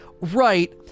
right